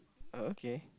oh okay